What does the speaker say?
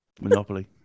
Monopoly